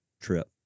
trip